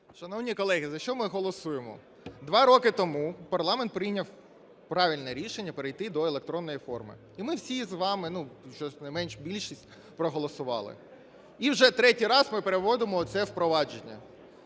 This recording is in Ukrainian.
Шановні колеги, за що ми голосуємо? Два роки тому парламент прийняв правильне рішення перейти до електронної форми і ми всі з вами, більшість, проголосували, і вже третій раз ми переводимо це впровадження